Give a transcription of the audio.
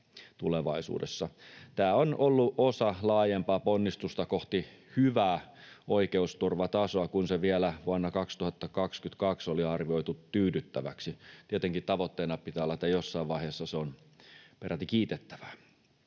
Tämä on ollut osa laajempaa ponnistusta kohti hyvää oikeusturvatasoa, kun se vielä vuonna 2022 oli arvioitu tyydyttäväksi. Tietenkin tavoitteena pitää olla, että jossain vaiheessa se on peräti kiitettävää.